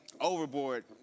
overboard